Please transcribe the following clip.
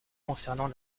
concernant